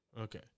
Okay